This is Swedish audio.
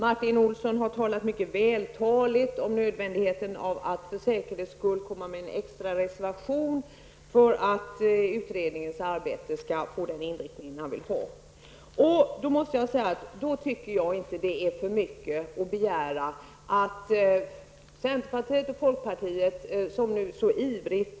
Martin Olsson har talat mycket vältaligt om nödvändigheten av att för säkerhets skull komma med en extra reservation för att utredningens arbete skall få den inriktning han vill ha. Jag tycker inte att det är för mycket begärt att centerpartiet och folkpartiet som nu så ivrigt -